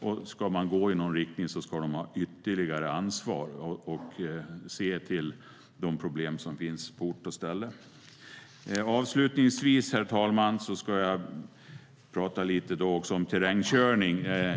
Ska man gå i någon riktning ska de ha ytterligare ansvar och se till de problem som finns på ort och ställe. Herr talman! Jag ska avslutningsvis tala lite om terrängkörning.